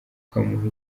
ukamuha